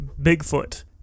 bigfoot